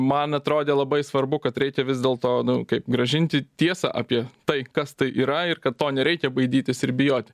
man atrodė labai svarbu kad reikia vis dėlto nu kaip grąžinti tiesą apie tai kas tai yra ir kad to nereikia baidytis ir bijoti